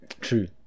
True